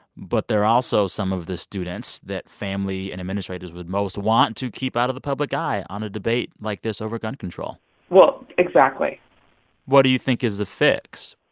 but there are also some of the students that family and administrators would most want to keep out of the public eye on a debate like this over gun control well, exactly what do you think is the fix?